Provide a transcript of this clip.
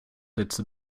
letzte